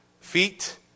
Feet